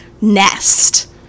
nest